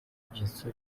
ibyitso